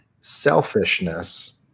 selfishness